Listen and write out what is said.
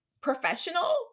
professional